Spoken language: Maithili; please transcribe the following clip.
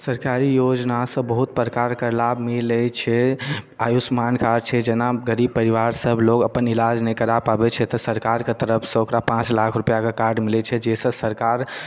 सरकारी योजना सँ बहुत प्रकार के लाभ मिलै छै आयुष्मान कार्ड छै जेना गरीब परिवार सभ लोग अपन इलाज नहि करा पाबै छै तऽ सरकार के तरफ सँ ओकरा पाँच लाख रुपैआ के कार्ड मिलै छै जाहिसँ सरकार